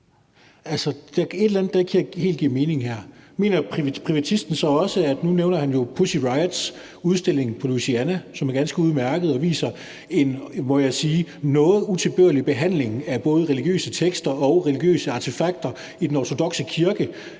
et eller andet her, der ikke helt giver mening. Nu nævner privatisten jo Pussy Riot-udstillingen på Louisiana, som er ganske udmærket, og som jeg også må sige viser en noget utilbørlig behandling af både religiøse tekster og religiøse artefakter i den ortodokse kirke